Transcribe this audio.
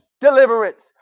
deliverance